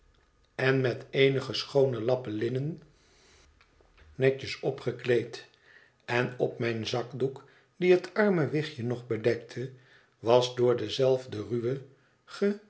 en met eenige schoone lappen linnen netjes opgekleed en op mijn zakdoek die het arme wichtje nog bedekte was door dezelfde ruwe